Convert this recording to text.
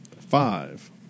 five